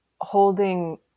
holding